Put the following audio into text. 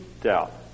doubt